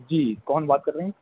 جی کون بات کر رہے ہیں